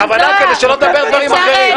בכוונה, כדי שלא תדבר דברים אחרים.